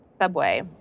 subway